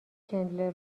چندلر